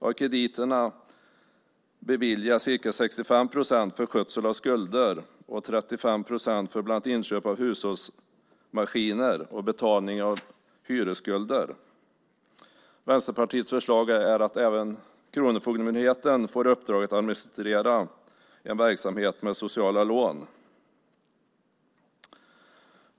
Av krediterna beviljas ca 65 procent för skötsel av skulder och 35 procent för bland annat inköp av hushållsmaskiner och betalning av hyresskulder. Vänsterpartiets förslag är att Kronofogdemyndigheten även får i uppdrag att administrera en verksamhet med sociala lån.